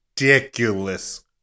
ridiculous